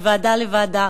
מוועדה לוועדה,